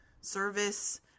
service